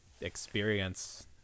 experience